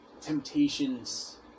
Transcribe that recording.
temptations